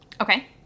Okay